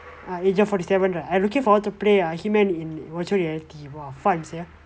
asia forty seven right I looking forward to play a he-man in virtual reality !wah! fun sia